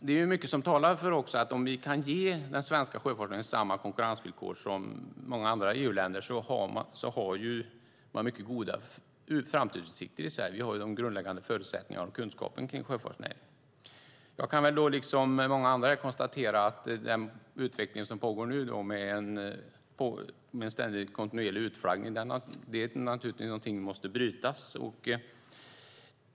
Det är mycket som talar för att det, om vi kan ge den svenska sjöfartsnäringen samma konkurrensvillkor som många andra EU-länder har, blir mycket goda framtidsutsikter i Sverige. Vi har ju de grundläggande förutsättningarna och kunskapen kring sjöfartsnäringen. Jag kan, liksom många andra här, konstatera att den utveckling som pågår med en kontinuerlig utflaggning måste brytas.